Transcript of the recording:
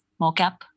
mocap